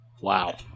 Wow